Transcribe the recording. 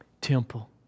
temple